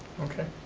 okay,